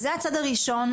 אז זה הצד הראשון,